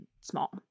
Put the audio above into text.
Small